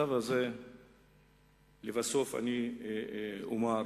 לבסוף אני אומר,